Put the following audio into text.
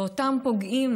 ואותם פוגעים,